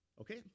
Okay